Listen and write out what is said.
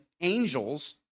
angels